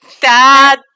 Dad